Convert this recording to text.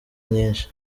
nyinshi